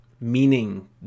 meaning